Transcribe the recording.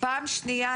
פעם שנייה,